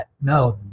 No